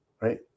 right